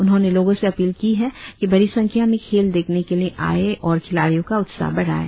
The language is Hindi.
उन्होंने लोगों से अपील की है कि बड़ी संख्या में खेल देखने के लिए आएं और खिलाड़ियों का उत्साह बढ़ाएं